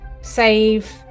save